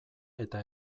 eta